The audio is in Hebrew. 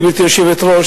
גברתי היושבת-ראש,